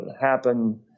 happen